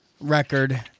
record